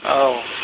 औ